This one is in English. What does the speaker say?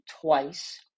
twice